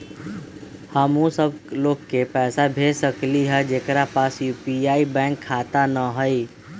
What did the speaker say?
हम उ सब लोग के पैसा भेज सकली ह जेकरा पास यू.पी.आई बैंक खाता न हई?